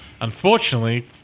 Unfortunately